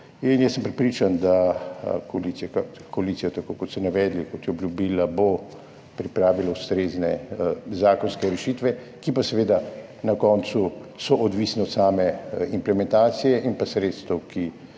In jaz sem prepričan, da bo koalicija, tako kot ste navedli, kot je obljubila, pripravila ustrezne zakonske rešitve, ki pa so seveda na koncu odvisne od same implementacije in sredstev, ki